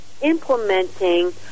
implementing